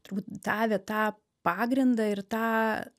turbūt davė tą pagrindą ir tą